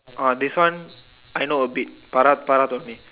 uh this one I know a bit Farah Farah told me